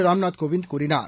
ராம்நாத் கோவிந்த் கூறினார்